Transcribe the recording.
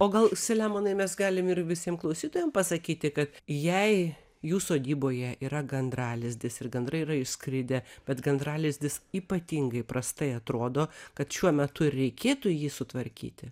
o gal selemonai mes galim ir visiem klausytojam pasakyti kad jei jų sodyboje yra gandralizdis ir gandrai yra išskridę bet gandralizdis ypatingai prastai atrodo kad šiuo metu ir reikėtų jį sutvarkyti